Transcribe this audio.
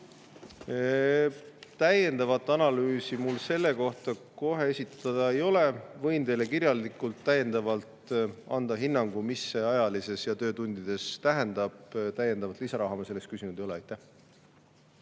Täiendavat analüüsi mul selle kohta kohe esitada ei ole. Võin teile kirjalikult anda hinnangu, mis see ajaliselt ja töötundides tähendab. Täiendavat lisaraha me selleks küsinud ei ole. Arvo